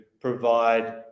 provide